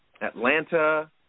Atlanta